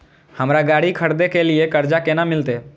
हमरा गाड़ी खरदे के लिए कर्जा केना मिलते?